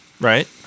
right